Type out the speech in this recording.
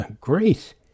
great